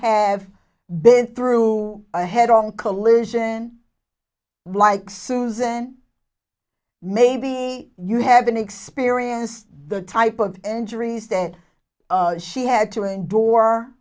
have been through a head on collision like susan maybe you haven't experienced the type of injuries that she had to endure